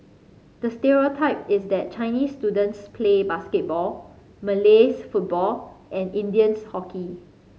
the stereotype is that Chinese students play basketball Malays football and Indians hockey